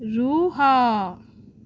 ରୁହ